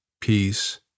peace